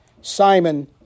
Simon